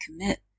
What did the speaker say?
commit